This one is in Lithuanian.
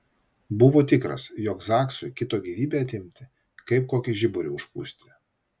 buvo tikras jog zaksui kito gyvybę atimti kaip kokį žiburį užpūsti